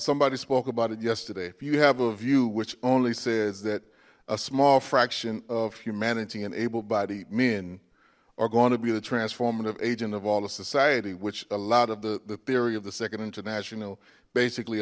somebody spoke about it yesterday if you have a view which only says that a small fraction of humanity and able bodied men are going to be the transformative agent of all the society which a lot of the the theory of the second international basically